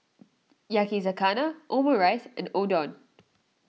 Yakizakana Omurice and Udon